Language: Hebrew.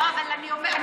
לא, אבל אני עונה.